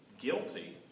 guilty